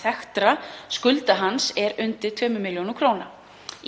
þekktra skulda hans er undir 2 millj. kr.